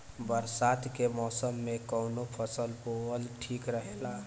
बरसात के मौसम में कउन फसल बोअल ठिक रहेला?